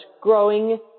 growing